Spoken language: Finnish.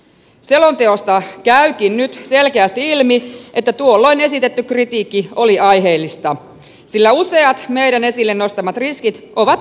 selonteosta käykin nyt selkeästi ilmi että tuolloin esitetty kritiikki oli aiheellista sillä useat meidän esille nostamamme riskit ovat toteutuneet